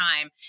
time